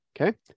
okay